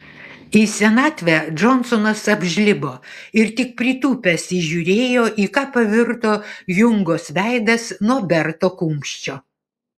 į senatvę džonsonas apžlibo ir tik pritūpęs įžiūrėjo į ką pavirto jungos veidas nuo berto kumščio